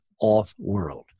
Off-World